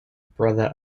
brother